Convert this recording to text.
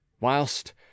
whilst